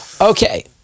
Okay